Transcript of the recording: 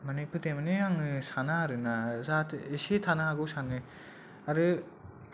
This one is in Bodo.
माने फोथाया माने आं सानो आरो ना जाहाथे एसे थानो हागौ सानो आरो